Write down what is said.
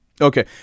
Okay